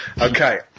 Okay